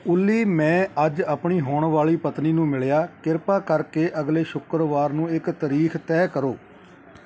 ਓਲੀ ਮੈਂ ਅੱਜ ਆਪਣੀ ਹੋਣ ਵਾਲੀ ਪਤਨੀ ਨੂੰ ਮਿਲਿਆ ਕਿਰਪਾ ਕਰਕੇ ਅਗਲੇ ਸ਼ੁੱਕਰਵਾਰ ਨੂੰ ਇੱਕ ਤਾਰੀਖ ਤੈਅ ਕਰੋ